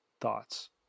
thoughts